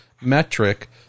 metric